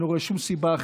אני לא רואה שום סיבה שלא.